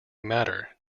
matter